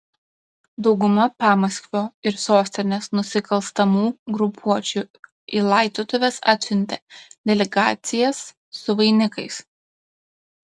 dauguma pamaskvio ir sostinės nusikalstamų grupuočių į laidotuves atsiuntė delegacijas su vainikais